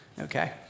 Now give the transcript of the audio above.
okay